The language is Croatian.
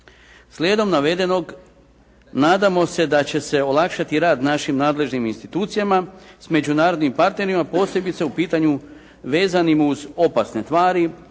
Slijedom navedenog nadamo se da će se olakšati rad našim nadležnim institucijama s međunarodnim partnerima, posebice u pitanju vezanim uz opasne tvari,